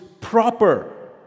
proper